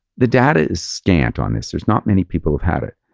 the data is scant on this. there's not many people who've had it,